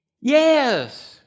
Yes